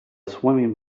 swimming